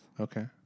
Okay